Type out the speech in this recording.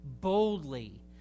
boldly